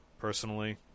personally